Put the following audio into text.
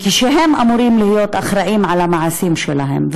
כשהם אמורים להיות אחראים על המעשים שלהם,